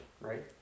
right